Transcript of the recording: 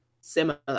similar